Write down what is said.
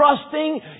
trusting